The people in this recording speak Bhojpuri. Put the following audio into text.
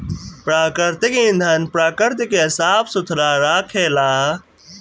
प्राकृतिक ईंधन प्रकृति के साफ सुथरा रखेला